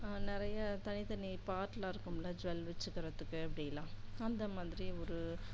நிறைய தனித்தனி பார்ட்லாம் இருக்கும்ல ஜுவெல் வச்சுக்கிறதுக்கு அப்படில்லாம் அந்த மாதிரி ஒரு